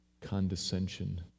condescension